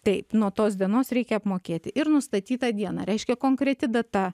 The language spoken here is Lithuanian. taip nuo tos dienos reikia apmokėti ir nustatytą dieną reiškia konkreti data